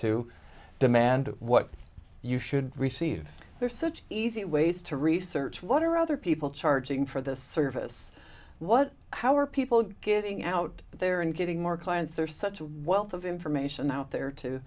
to demand what you should receive there such easy ways to research what are other people charging for the service what how are people getting out there and getting more clients they're such a while of information out there to